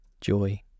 joy